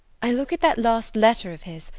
i look at that last letter of his,